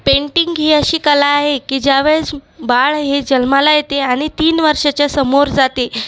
painting ही अशी कला आहे की ज्यावेळेस बाळ हे जल्माला येते आणि तीन वर्षाच्या समोर जाते